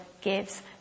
gives